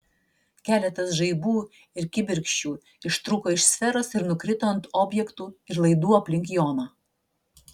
keletas žaibų ir kibirkščių ištrūko iš sferos ir nukrito ant objektų ir laidų aplink joną